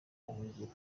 buhungiro